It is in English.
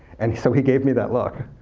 and so he gave me that look.